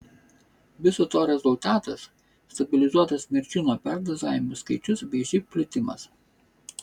viso to rezultatas stabilizuotas mirčių nuo perdozavimų skaičius bei živ plitimas